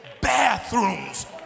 bathrooms